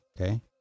Okay